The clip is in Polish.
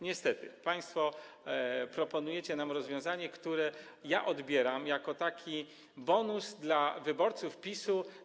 Niestety, państwo proponujecie nam rozwiązanie, które odbieram jako bonus dla wyborców PiS-u.